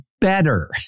better